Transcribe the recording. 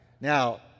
now